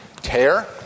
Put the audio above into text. tear